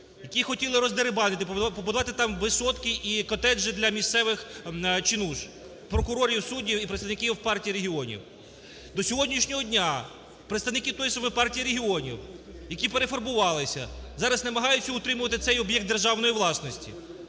який хотіли роздерибанити, побудувати там висотки і котеджі для місцевих чинуш: прокурорів, суддів і представників Партії регіонів. До сьогоднішнього дня представники тої саме Партії регіонів, які перефарбувалися, зараз намагаються утримувати цей об'єкт державної власності.